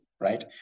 right